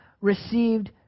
received